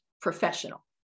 professional